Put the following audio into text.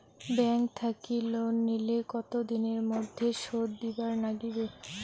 Bank থাকি loan নিলে কতো দিনের মধ্যে শোধ দিবার নাগিবে?